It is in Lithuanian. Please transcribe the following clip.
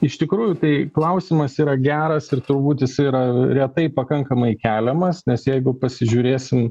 iš tikrųjų tai klausimas yra geras ir turbūt jisai yra retai pakankamai keliamas nes jeigu pasižiūrėsim